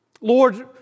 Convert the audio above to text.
Lord